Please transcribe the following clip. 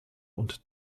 und